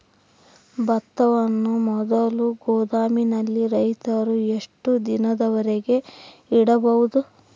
ಭತ್ತವನ್ನು ಮೊದಲು ಗೋದಾಮಿನಲ್ಲಿ ರೈತರು ಎಷ್ಟು ದಿನದವರೆಗೆ ಇಡಬಹುದು?